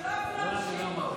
ושלא יפריעו בשאילתות,